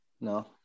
No